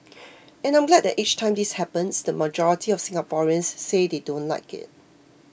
and I'm glad that each time this happens the majority of Singaporeans say they don't like it